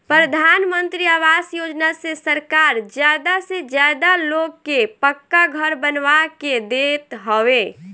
प्रधानमंत्री आवास योजना से सरकार ज्यादा से ज्यादा लोग के पक्का घर बनवा के देत हवे